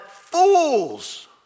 fools